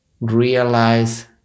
realize